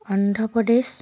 Andhra Pradesh